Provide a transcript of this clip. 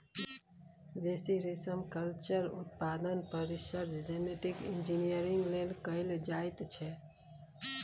बेसी रेशमकल्चर उत्पादन पर रिसर्च जेनेटिक इंजीनियरिंग लेल कएल जाइत छै